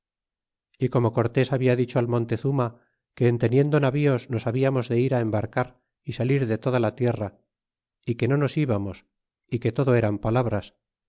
y como cortés habia dicho al in ontezurna que en teniendo navíos nos habiamos de ir embarcar y salir de toda la tierra é que no nos íbamos a que todo eran palabras